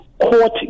court